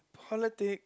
politic